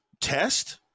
test